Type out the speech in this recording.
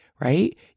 right